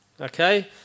Okay